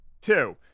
two